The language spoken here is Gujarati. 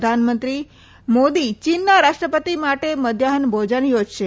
પ્રધાનમંત્રી મોદી ચીનના રાષ્ટ્રપતિ માટે મધ્યાહન ભોજન યોજશે